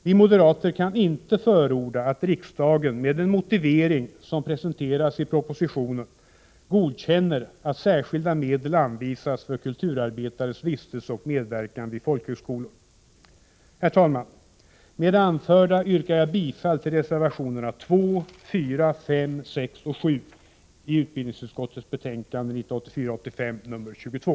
Vi moderater kan inte förorda, att riksdagen med den motivering som presenteras i propositionen godkänner att särskilda medel anvisas för kulturarbetares vistelse och medverkan vid folkhögskolor. Herr talman! Med det anförda yrkar jag bifall till reservationerna 2,4, 5,6 och 7 i utbildningsutskottets betänkande 1984/85:22.